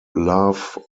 love